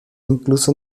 incluso